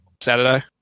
Saturday